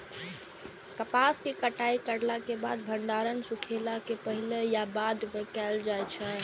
कपास के कटाई करला के बाद भंडारण सुखेला के पहले या बाद में कायल जाय छै?